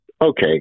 Okay